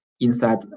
inside